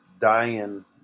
dying